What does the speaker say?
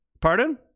Pardon